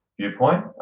viewpoint